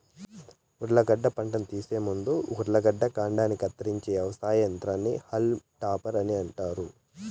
ఉర్లగడ్డ పంటను తీసే ముందు ఉర్లగడ్డల కాండాన్ని కత్తిరించే వ్యవసాయ యంత్రాన్ని హాల్మ్ టాపర్ అంటారు